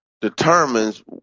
determines